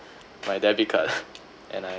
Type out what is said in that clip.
my debit card lah and I